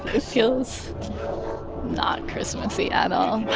it feels not christmassy at all